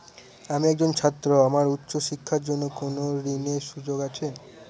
আমি একজন ছাত্র আমার উচ্চ শিক্ষার জন্য কোন ঋণের সুযোগ আছে?